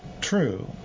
True